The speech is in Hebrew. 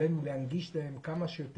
עלינו להנגיש עבורם את השירות עד כמה שיותר.